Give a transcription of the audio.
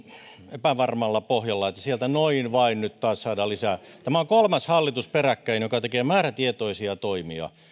epävarmalla pohjalla sieltä noin vain nyt taas saadaan lisää tämä on kolmas hallitus peräkkäin joka tekee määrätietoisia toimia